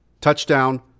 touchdown